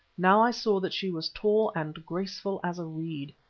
now i saw that she was tall and graceful as a reed.